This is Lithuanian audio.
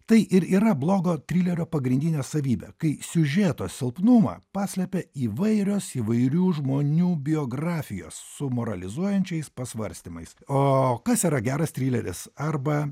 tai ir yra blogo trilerio pagrindinė savybė kai siužeto silpnumą paslepia įvairios įvairių žmonių biografijos su moralizuojančiais pasvarstymais o kas yra geras trileris arba